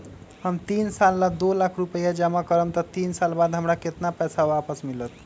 हम तीन साल ला दो लाख रूपैया जमा करम त तीन साल बाद हमरा केतना पैसा वापस मिलत?